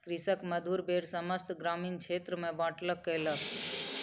कृषक मधुर बेर समस्त ग्रामीण क्षेत्र में बाँटलक कयलक